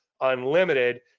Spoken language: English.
unlimited